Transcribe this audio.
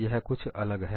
यह कुछ अलग है